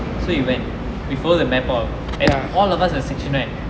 so he went before the map out and all of us in the section right